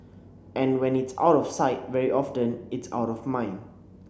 and when it's out of sight very often it's out of mind